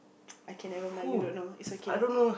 okay nevermind you don't know it's okay